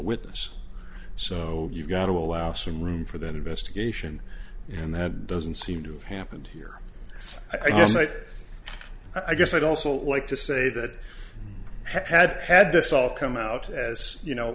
witness so you've got to allow some room for that investigation and that doesn't seem to have happened here i i guess i guess i'd also like to say that had had this all come out as you know